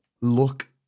look